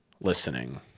listening